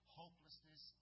hopelessness